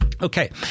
Okay